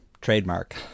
trademark